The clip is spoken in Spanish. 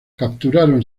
capturaron